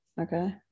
Okay